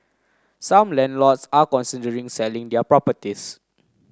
some landlords are considering selling their properties